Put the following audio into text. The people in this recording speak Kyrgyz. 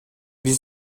биз